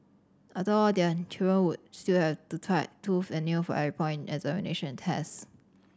after all their children would still have to tight tooth and nail for every point examination test